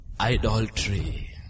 idolatry